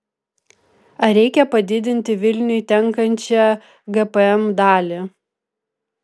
ar reikia padidinti vilniui tenkančią gpm dalį